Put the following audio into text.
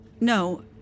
No